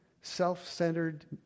self-centered